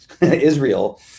Israel